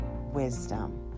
wisdom